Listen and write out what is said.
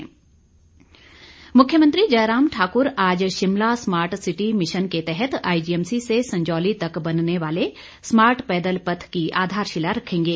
मुख्यमंत्री मुख्यमंत्री जयराम ठाक्र आज शिमला स्मार्ट सिटी मिशन के तहत आईजीएमसी से संजौली तक बनने वाले स्मार्ट पैदल पथ की आधारशिला रखेंगे